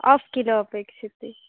of kilo अपेक्ष्यते